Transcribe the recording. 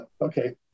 okay